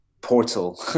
portal